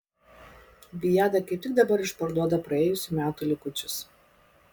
viada kaip tik dabar išparduoda praėjusių metų likučius